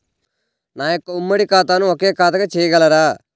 నా యొక్క ఉమ్మడి ఖాతాను ఒకే ఖాతాగా చేయగలరా?